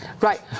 Right